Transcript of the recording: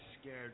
scared